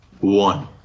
one